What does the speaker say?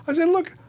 i said, look,